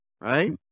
right